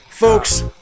Folks